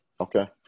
Okay